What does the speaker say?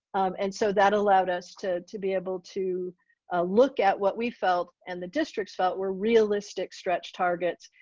and so that allowed us to to be able to look at what we felt and the districts felt were realistic stretched targets.